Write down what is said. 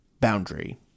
boundary